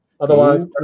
Otherwise